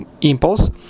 impulse